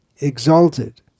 exalted